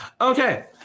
okay